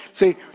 See